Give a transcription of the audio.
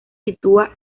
sitúa